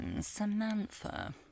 Samantha